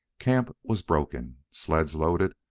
camp was broken, sled loaded,